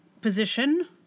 position